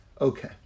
Okay